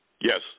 Yes